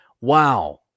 wow